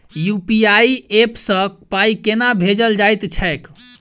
UPI app सँ पाई केना भेजल जाइत छैक?